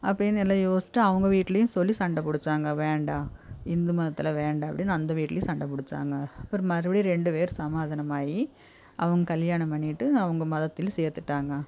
அப்படின்னு எல்லா யோசிட்டு அவங்க வீட்லையும் சொல்லி சண்டை பிடிச்சாங்க வேண்டாம் இந்து மதத்தில் வேண்டாம் அப்படின்னு அந்த வீட்லையும் சண்டை பிடிச்சாங்க அப்புறோம் மறுபடியும் ரெண்டு பேர் சமாதானம் ஆயி அவங்க கல்யாணம் பண்ணிகிட்டு அவங்க மதத்தில் சேர்த்துட்டாங்க